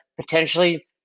potentially